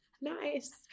nice